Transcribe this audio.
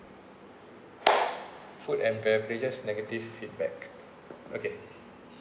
food and beverages negative feedback okay